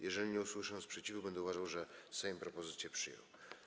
Jeżeli nie usłyszę sprzeciwu, będę uważał, że Sejm propozycje przyjął.